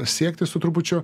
siekti su trupučiu